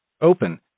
open